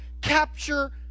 capture